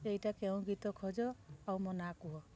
ଏଇଟା କେଉଁ ଗୀତ ଖୋଜ ଆଉ ମୋ ନାଁ କୁହ